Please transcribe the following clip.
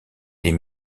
des